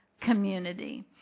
community